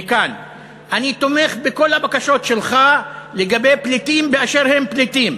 מכאן: אני תומך בכל הבקשות שלך לגבי פליטים באשר הם פליטים.